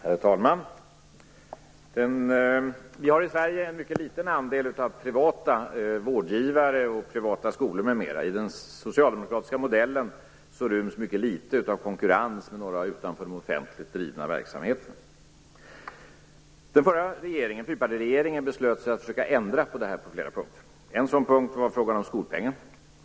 Herr talman! Vi har i Sverige en mycket liten andel privata vårdgivare och privata skolor. I den socialdemokratiska modellen ryms mycket litet av konkurrens med några som står utanför den offentligt drivna verksamheten. Den förra regeringen, fyrpartiregeringen, beslutade sig för att ändra på detta på några punkter. En sådan punkt var skolpengen.